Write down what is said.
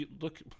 look